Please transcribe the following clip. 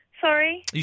Sorry